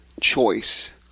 choice